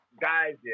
guys